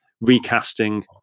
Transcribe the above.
recasting